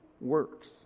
works